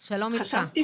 עושים.